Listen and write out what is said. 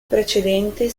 precedente